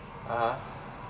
(uh huh)